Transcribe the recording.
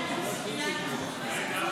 היא לא הייתה פה.